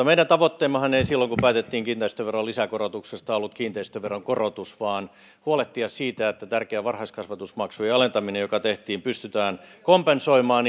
meidän tavoitteemmehan ei silloin kun päätettiin kiinteistöveron lisäkorotuksesta ollut kiinteistöveron korotus vaan huolehtia siitä että tärkeä varhaiskasvatusmaksujen alentaminen joka tehtiin pystytään kompensoimaan